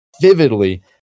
vividly